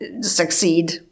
succeed